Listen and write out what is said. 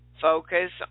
Focus